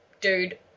dude